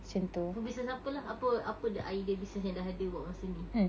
for business apa lah apa apa the idea business yang dah ada buat masa ni